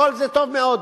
כל זה טוב מאוד,